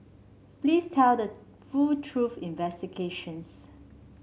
please tell the full truth investigations